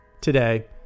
Today